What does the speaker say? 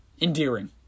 endearing